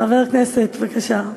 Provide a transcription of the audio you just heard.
חבר הכנסת, בבקשה.